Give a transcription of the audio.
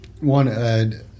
One